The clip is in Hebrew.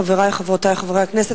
חברי וחברותי חברי הכנסת,